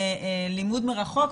לימוד מרחוק,